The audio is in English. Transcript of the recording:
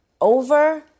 over